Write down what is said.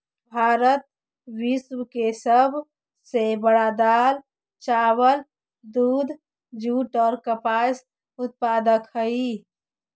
भारत विश्व के सब से बड़ा दाल, चावल, दूध, जुट और कपास उत्पादक हई